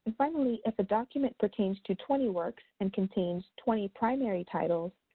finally, if a document pertains to twenty works and contains twenty primary titles,